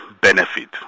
benefit